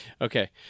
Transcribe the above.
Okay